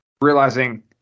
realizing